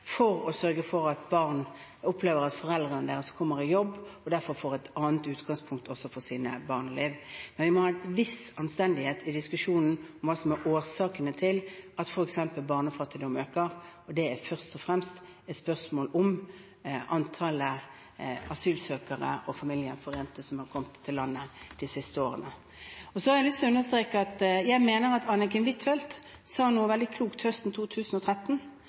for å sørge for at barn opplever at foreldrene deres kommer i jobb, og derfor får et annet utgangspunkt også for sine barneliv. Men vi må ha en viss anstendighet i diskusjonen om hva som er årsakene til at f.eks. barnefattigdom øker. Det er først og fremst et spørsmål om antallet asylsøkere og familiegjenforente som har kommet til landet de siste årene. Så har jeg lyst til å understreke at jeg mener Anniken Huitfeldt sa noe veldig klokt høsten 2013,